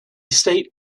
state